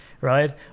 right